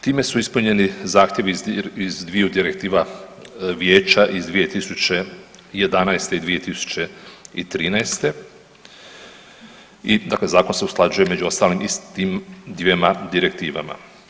Time su ispunjeni zahtjevi iz dviju direktiva Vijeća iz 2011. i 2013. i dakle zakon se usklađuje među ostalim i s tim dvjema direktivama.